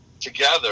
together